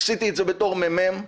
עשיתי את זה בתור מ"מ.